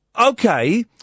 okay